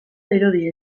dirudi